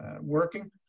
working